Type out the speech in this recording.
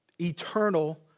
eternal